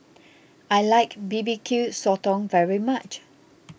I like B B Q Sotong very much